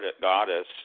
goddess